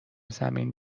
زمین